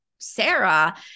Sarah